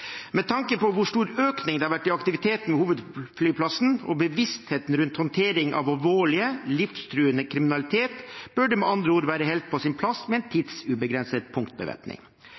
Med tanke på hvor stor økning det har vært i aktiviteten på hovedflyplassen, og bevisstheten rundt håndtering av alvorlig, livstruende kriminalitet bør det med andre ord være helt på sin plass med en tidsubegrenset punktbevæpning.